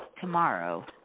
tomorrow